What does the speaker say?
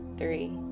three